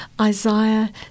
Isaiah